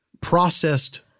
processed